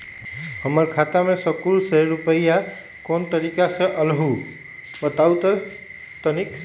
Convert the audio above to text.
हमर खाता में सकलू से रूपया कोन तारीक के अलऊह बताहु त तनिक?